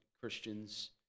Christians